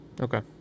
Okay